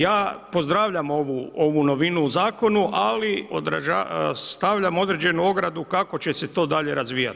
Ja pozdravljam ovu novinu u zakonu, ali stavljam određenu ogradu kako će se to dalje razvijat.